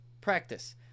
practice